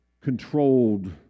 controlled